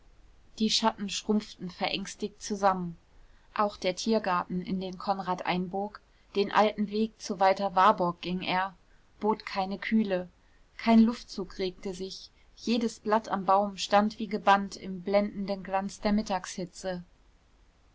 die schatten schrumpften verängstigt zusammen auch der tiergarten in den konrad einbog den alten weg zu walter warburg ging er bot keine kühle kein luftzug regte sich jedes blatt am baum stand wie gebannt im blendenden glast der mittagshitze